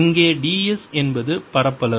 இங்கே ds என்பது பரப்பளவு